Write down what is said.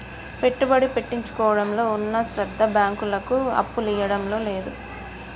పెట్టుబడి పెట్టించుకోవడంలో ఉన్న శ్రద్ద బాంకులకు అప్పులియ్యడంల లేదు